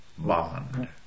bond